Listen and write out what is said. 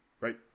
Right